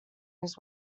his